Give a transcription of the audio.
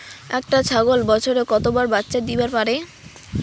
একটা ছাগল বছরে কতবার বাচ্চা দিবার পারে?